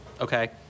Okay